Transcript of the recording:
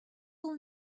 will